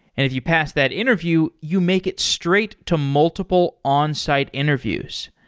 if you pass that interview, you make it straight to multiple onsite interviews.